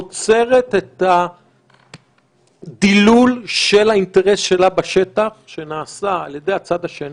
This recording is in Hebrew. עוצרת את הדילול של האינטרס שלה בשטח שנעשה על ידי הצד השני,